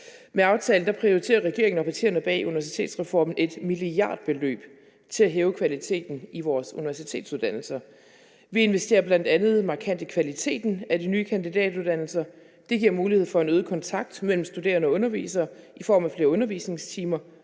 Med aftalen prioriterer regeringen og partierne bag universitetsreformen et milliardbeløb til at hæve kvaliteten i vores universitetsuddannelser. Vi investerer bl.a. markant i kvaliteten af de nye kandidatuddannelser. Det giver mulighed for en øget kontakt mellem studerende og undervisere i form af flere undervisningstimer